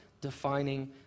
defining